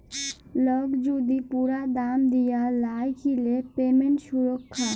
lock যদি পুরা দাম দিয়া লায় কিলে পেমেন্ট সুরক্ষা